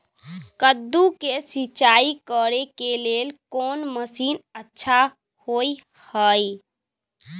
कद्दू के सिंचाई करे के लेल कोन मसीन अच्छा होय है?